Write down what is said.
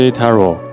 Taro